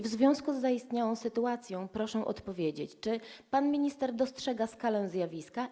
W związku z zaistniałą sytuacją proszę odpowiedzieć: Czy pan minister dostrzega skalę zjawiska?